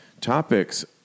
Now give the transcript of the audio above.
topics